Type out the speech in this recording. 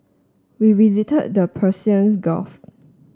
we visited the Persians Gulf